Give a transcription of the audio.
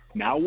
Now